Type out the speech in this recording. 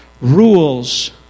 rules